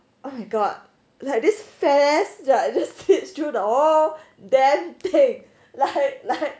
oh my god this fat ass right just sleep through this whole damn thing like like